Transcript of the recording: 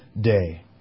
day